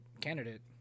candidate